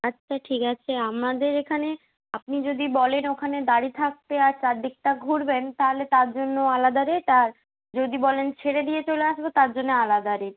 আচ্ছা ঠিক আছে আমাদের এখানে আপনি যদি বলেন ওখানে দাঁড়িয়ে থাকতে আর চারদিকটা ঘুরবেন তাহলে তার জন্য আলাদা রেট আর যদি বলেন ছেড়ে দিয়ে চলে আসবো তার জন্য আলাদা রেট